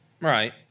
Right